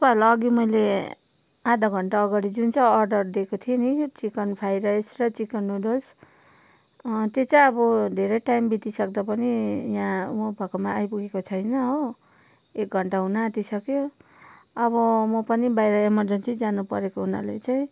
तपाईँहरूलाई अघि मैले आधा घन्टा अगाडि जुन चाहिँ अर्डर दिएको थिएँ नि चिकन फ्राई राइस र चिकन नुडल्स त्यो चाहिँ अब धेरै टाइम बितिसक्दा पनि यहाँ म भएकोमा आइपुगेको छैन हो एक घन्टा हुनु आँटिसक्यो अब म पनि बाहिर एमर्जेन्सी जानु परेको हुनाले चाहिँ